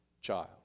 child